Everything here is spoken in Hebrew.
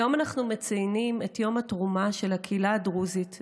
היום אנחנו מציינים את יום התרומה של הקהילה הדרוזית,